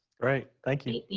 great, thank you.